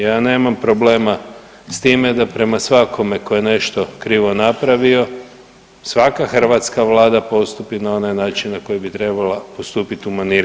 Ja nemam problema s time da prema svakome tko je nešto krivo napravio, svaka hrvatska Vlada postupi na onaj način na koji bi trebala postupiti u maniri